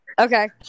okay